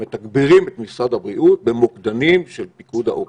או מתגברים את משרד הבריאות במוקדנים של פיקוד העורף.